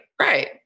Right